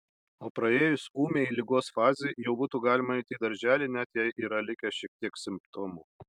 o praėjus ūmiai ligos fazei jau būtų galima eiti į darželį net jei yra likę šiek tiek simptomų